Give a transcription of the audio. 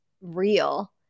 real